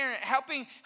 helping